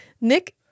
Nick